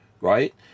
right